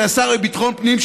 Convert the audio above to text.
של השר לביטחון פנים,